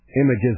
images